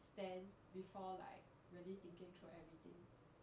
stand before like really thinking through everything